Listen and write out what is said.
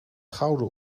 gouden